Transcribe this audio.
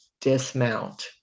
dismount